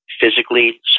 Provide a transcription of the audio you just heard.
physically